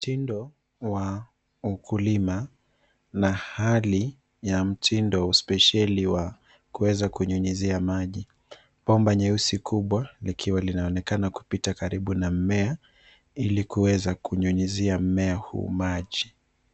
Mtindo wa ukulima na hali ya mtindo spesheli wa kuweza kunyunyizia maji. Bomba nyeusi kubwa likiwa linaonekana kupita karibu na mmea ili kuweza kunyunyizia mmea huu maji.